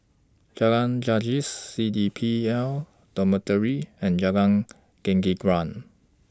Jalan Gajus C D P L Dormitory and Jalan Gelenggang